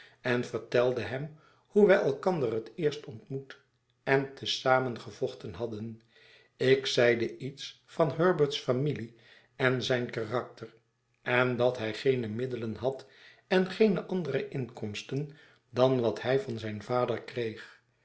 en vertelde hem hoe wij elkander het eerst ontmoet en te zamen gevochten hadden ik zeide iets van herbert's familie en zijn karakter en dat hij geene middelen had en geene andere inkomsten dan wat hij van zijn vader kreeg